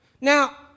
Now